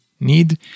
need